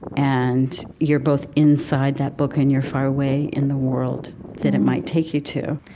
and you're both inside that book, and you're far away in the world that it might take you to